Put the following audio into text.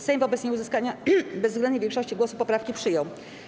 Sejm wobec nieuzyskania bezwzględniej większości głosów poprawki przyjął.